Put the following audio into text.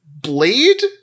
blade